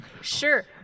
Sure